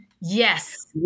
Yes